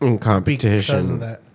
competition